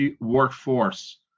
workforce